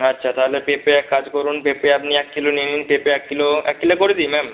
আচ্ছা তাহলে পেঁপে এক কাজ করুন পেঁপে আপনি এক কিলো নিয়ে নিন পেঁপে এক কিলো এক কিলো করে দিই ম্যাম